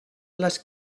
les